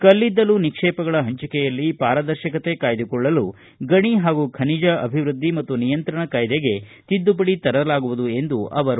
ಕಲ್ಲಿದ್ದಲು ನಿಕ್ಷೇಪಗಳ ಹಂಚಿಕೆಯಲ್ಲಿ ಪಾರದರ್ಶಕತೆ ಕಾಯ್ದುಕೊಳ್ಳಲು ಗಣಿ ಹಾಗೂ ಖನಿಜ ಅಭಿವೃದ್ಧಿ ಮತ್ತು ನಿಯಂತ್ರಣ ಕಾಯ್ದೆಗೆ ತಿದ್ದುಪಡಿ ತರಲಾಗುವುದು ಎಂದರು